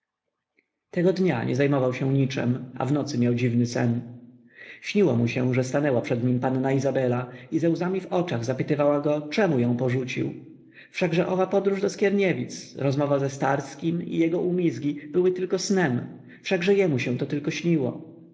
tego dnia nie zajmował się niczem a w nocy miał dziwny sen śniło mu się że stanęła przed nim panna izabela i ze łzami w oczach zapytywała go czemu ją porzucił wszakże owa podróż do skierniewic rozmowa ze starskim i jego umizgi były tylko snem wszakże jemu się to tylko śniło